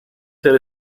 ser